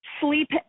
sleep